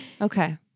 Okay